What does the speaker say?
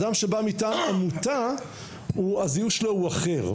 אדם שבא מטעם עמותה הזיהוי שלו הוא אחר,